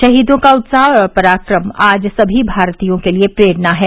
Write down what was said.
शहीदों का उत्साह और पराक्रम आज सभी भारतीयों के लिए प्रेरणा है